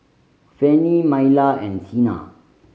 Fanny Myla and Cena